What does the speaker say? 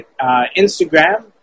Instagram